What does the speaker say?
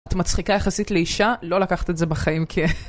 את מצחיקה יחסית לאישה, לא לקחת את זה בחיים, כ...